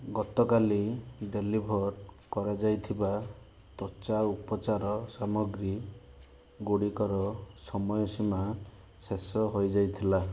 ଗତକାଲି ଡ଼େଲିଭର୍ କରାଯାଇଥିବା ତ୍ଵଚା ଉପଚାର ସାମଗ୍ରୀଗୁଡ଼ିକର ସମୟ ସୀମା ଶେଷ ହୋଇଯାଇଥିଲା